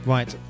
Right